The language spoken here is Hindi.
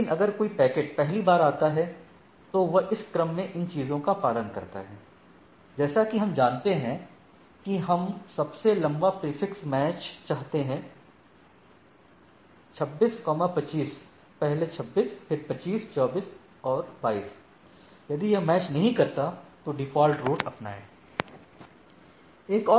लेकिन अगर कोई पैकेट पहली बार आता है तो वह इस क्रम में इन चीजों का पालन करता है जैसा कि हम जानते हैं कि हम सबसे लंबा प्रीफिक्स मैच चाहते हैं 26 25 पहले 26 फिर 25 24 22 यदि यह मैच नहीं करता तो डिफॉल्ट रूट अपनाएं